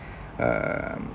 err